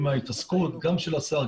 עם ההתעסקות גם של השר,